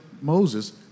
Moses